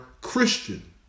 Christian